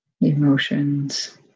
emotions